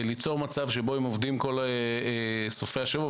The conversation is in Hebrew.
יצירת מצב שבו הם עובדים כל סופי השבוע,